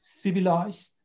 civilized